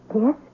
Yes